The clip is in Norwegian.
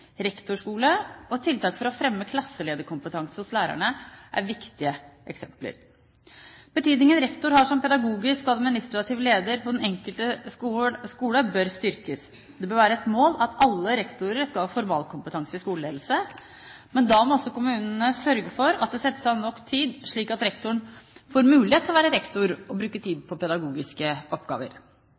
rektorskole og tiltak for å fremme klasselederkompetanse hos lærerne er viktige eksempler. Den betydningen rektor har som pedagogisk og administrativ leder på den enkelte skole, bør styrkes. Det bør være et mål at alle rektorer skal ha formalkompetanse i skoleledelse, men da må kommunene sørge for at det settes av nok tid, slik at rektoren får mulighet til å være rektor og bruke tid på pedagogiske oppgaver.